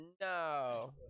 no